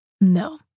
No